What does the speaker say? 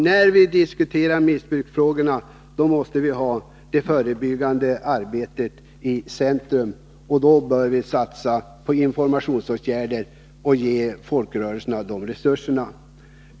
När vi diskuterar missbruksfrågorna måste vi sätta det förebyggande arbetet i centrum. Då bör vi satsa på informationsåtgärder och ge folkrörelserna resurser härtill.